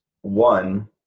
One